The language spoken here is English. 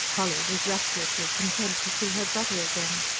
polly was rapturously content to see her brother again.